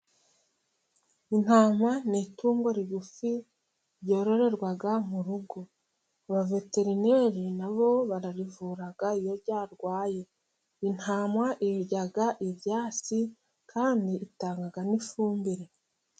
Intama ni itungo rigufi ryororerwa mu rugo, abaveterineri na bo bararivura iyo ryarwaye, intama irya ibyatsi kandi itanga n'ifumbire.